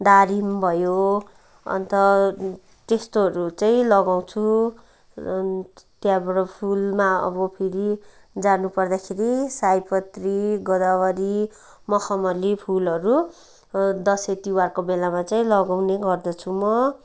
दारिम भयो अन्त त्यस्तोहरू चाहिँ लगाउँछु त्यहाँबाट फुलमा अब फेरि जानु पर्दाखेरि सयपत्री गोदावरी मखमली फुलहरू दसैँ तिहारको बेलामा चाहिँ लगाउने गर्दछु म